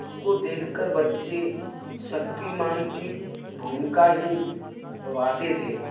उसको देख कर बच्चे शक्तिमान की भूमिका ही वाते थे